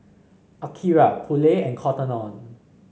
Akira Poulet and Cotton On